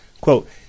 Quote